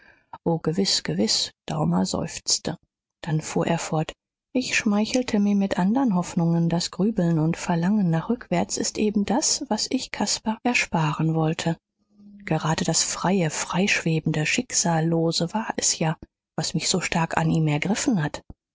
o gewiß gewiß daumer seufzte dann fuhr er fort ich schmeichelte mir mit andern hoffnungen das grübeln und verlangen nach rückwärts ist eben das was ich caspar ersparen wollte gerade das freie freischwebende schicksallose war es ja was mich so stark an ihm ergriffen hat